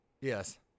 Yes